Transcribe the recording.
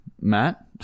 Matt